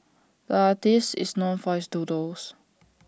the artist is known for his doodles